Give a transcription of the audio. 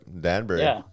Danbury